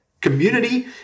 Community